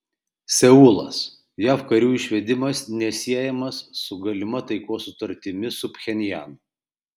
seulas jav karių išvedimas nesiejamas su galima taikos sutartimi su pchenjanu